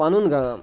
پَنُن گام